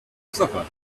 supper